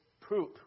poop